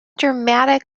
dramatic